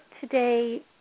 today